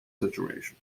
situation